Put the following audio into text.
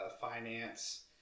finance